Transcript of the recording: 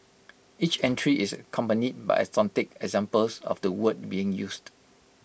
each entry is accompanied by authentic examples of the word being used